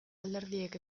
alderdiek